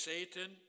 Satan